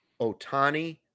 Otani